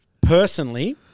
personally